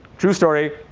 true story.